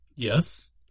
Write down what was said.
Yes